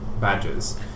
badges